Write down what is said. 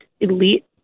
elite